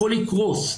הכול יקרוס,